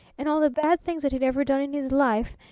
and all the bad things that he'd ever done in his life,